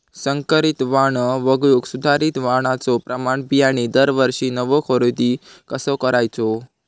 संकरित वाण वगळुक सुधारित वाणाचो प्रमाण बियाणे दरवर्षीक नवो खरेदी कसा करायचो?